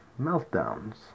meltdowns